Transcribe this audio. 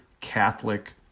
Catholic